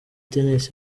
tennis